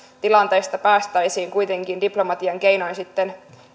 tilanteesta päästäisiin kuitenkin diplomatian keinoin sitten